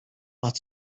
but